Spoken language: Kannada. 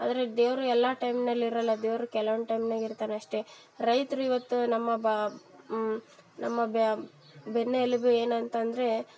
ಆದರೆ ದೇವರು ಎಲ್ಲ ಟೈಮ್ನಲ್ಲಿ ಇರಲ್ಲ ದೇವರು ಕೆಲ್ವಂದು ಟೈಮ್ನಾಗ ಇರ್ತಾರೆ ಅಷ್ಟೇ ರೈತರು ಇವತ್ತು ನಮ್ಮ ಬ ನಮ್ಮ ಬ್ಯ ಬೆನ್ನೆಲುಬು ಏನಂತ ಅಂದರೆ